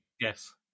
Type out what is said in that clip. Yes